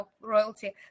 royalty